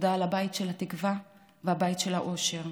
תודה על הבית של התקווה והבית של האושר.